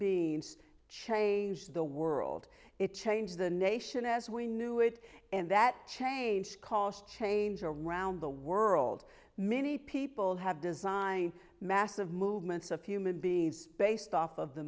beings changed the world it changed the nation as we knew it and that changed cost change around the world many people have designed massive movements of human beings based off of the